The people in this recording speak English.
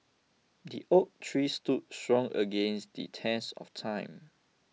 the oak tree stood strong against the test of time